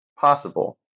possible